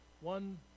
one